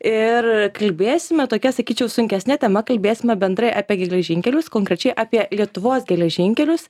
ir kalbėsime tokia sakyčiau sunkesne tema kalbėsime bendrai apie geležinkelius konkrečiai apie lietuvos geležinkelius